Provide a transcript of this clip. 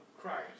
Christ